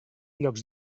llocs